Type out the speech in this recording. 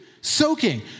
Soaking